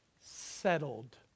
Settled